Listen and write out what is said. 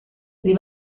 sie